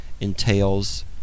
entails